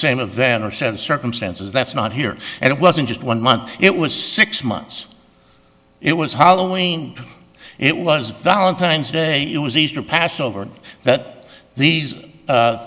same a vendor said circumstances that's not here and it wasn't just one month it was six months it was hollowing it was valentine's day it was easter passover but these